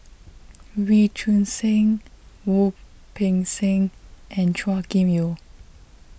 Wee Choon Seng Wu Peng Seng and Chua Kim Yeow